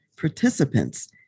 participants